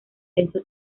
denso